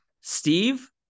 Steve